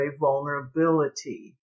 vulnerability